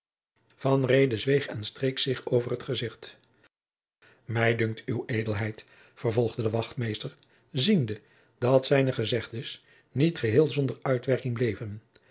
zweeg en streek zich over t gezicht mij dunkt uwe edelheid vervolgde de wachtmeester ziende dat zijne gezegdens niet geheel zonder uitwerking bleven